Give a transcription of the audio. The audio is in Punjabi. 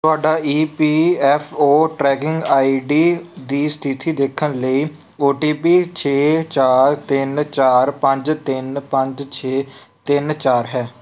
ਤੁਹਾਡਾ E P F O tracking I D ਦੀ ਸਥਿਤੀ ਦੇਖਣ ਲਈ ਓ ਟੀ ਪੀ ਛੇ ਚਾਰ ਤਿੰਨ ਚਾਰ ਪੰਜ ਤਿੰਨ ਪੰਜ ਛੇ ਤਿੰਨ ਚਾਰ ਹੈ